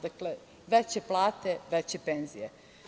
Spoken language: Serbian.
Dakle, veće plate, veće penzije.